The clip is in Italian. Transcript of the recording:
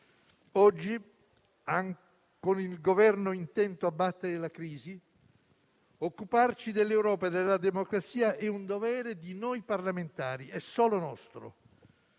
Oggi, con il Governo intento a battere la crisi, occuparci dell'Europa e della democrazia è un dovere di noi parlamentari, è solo nostro.